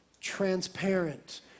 transparent